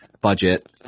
budget